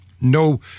No